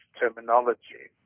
terminology